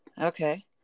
Okay